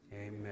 Amen